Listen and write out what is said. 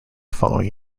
following